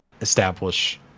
establish